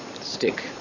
stick